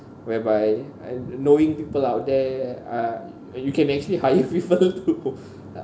whereby uh knowing people out there uh and you can actually hire people to uh